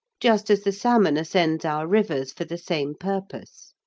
just as the salmon ascends our rivers for the same purpose.